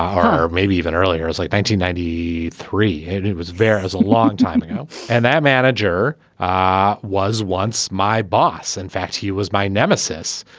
or maybe even earlier like nineteen ninety three. it and it was there as a long time ago and that manager ah was once my boss. in fact he was my nemesis.